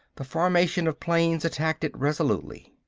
the formation of planes attacked it resolutely.